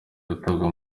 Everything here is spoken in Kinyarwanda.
gutabwa